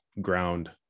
ground